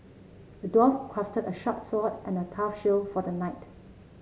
the dwarf crafted a sharp sword and a tough shield for the knight